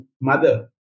mother